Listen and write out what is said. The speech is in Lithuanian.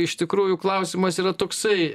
iš tikrųjų klausimas yra toksai